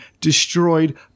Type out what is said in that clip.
destroyed